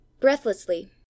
Breathlessly